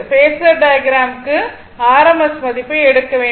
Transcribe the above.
phasor diagram க்கு rms மதிப்பை எடுக்க வேண்டும்